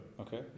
Okay